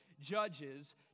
Judges